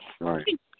right